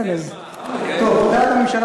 יכול להיות שהילדים